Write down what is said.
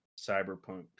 Cyberpunk